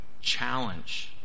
Challenge